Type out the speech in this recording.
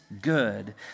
good